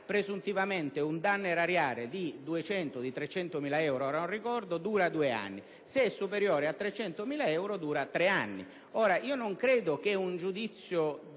presuntivamente un danno erariale di 200.000 o 300.000 euro - ora non ricordo - dura due anni, se è superiore a 300.000 euro dura tre anni. Non credo che un giudizio